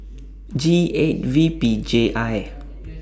G eight V P J I